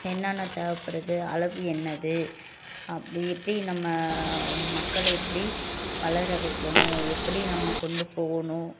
என்னென்ன தேவைப்படுது அளவு என்னது அப்படி இப்படி நம்ம மக்களை எப்படி வளர வைக்கணும் எப்படி நம்ம கொண்டு போகணும்